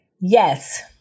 Yes